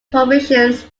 provisions